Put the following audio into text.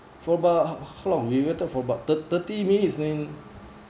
for about how long we waited for about thirty minutes in